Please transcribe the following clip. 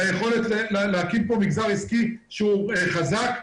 ליכולת להקים כאן מגזר עסקי שהוא חזק,